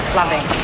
loving